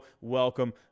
welcome